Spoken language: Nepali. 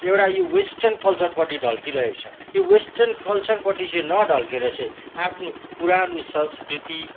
एउटा यो वेस्टर्न कल्चरपट्टि ढल्किरहेको छ त्यो वेस्टर्न कल्चरपट्टि चाहिँ नढल्केर चाहिँ आफ्नो पुरानो संस्कृति